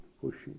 pushing